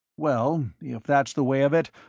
well, if that's the way of it,